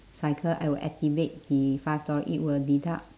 cycle I will activate the five dollar it will deduct